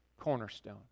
cornerstone